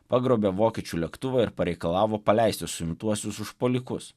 pagrobė vokiečių lėktuvą ir pareikalavo paleisti suimtuosius užpuolikus